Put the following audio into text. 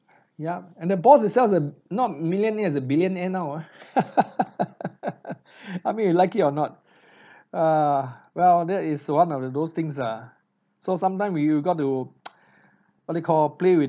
yup and the boss itself is not millionaire is a billionaire now ah I mean you like it or not err well that is one of the those things ah so sometime we we got to what you call play with